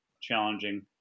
challenging